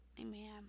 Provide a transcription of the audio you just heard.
amen